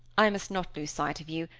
i must not lose sight of you,